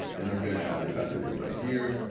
and i'm gonna add the pattern in right here.